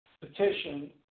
petition